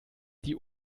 die